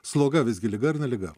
sloga visgi liga ar ne liga